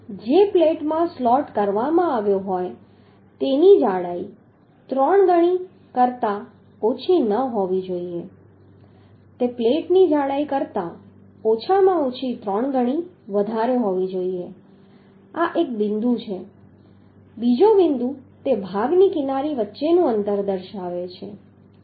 જે પ્લેટમાં સ્લોટ કરવામાં આવ્યો હોય તેની જાડાઈ ત્રણ ગણી કરતાં ઓછી ન હોવી જોઈએ તે પ્લેટની જાડાઈ કરતાં ઓછામાં ઓછી ત્રણ ગણી વધારે હોવી જોઈએ આ એક બિંદુ છે બીજો બિંદુ તે ભાગની કિનારી વચ્ચેનું અંતર દર્શાવે છે